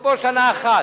ותוקפו שנה אחת.